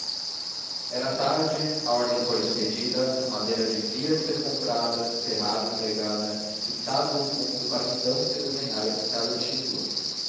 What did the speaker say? era tarde a ordem fora expedida a madeira devia estar comprada serrada e pregada pintado o fundo para então se desenhar e pintar o título